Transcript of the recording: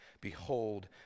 Behold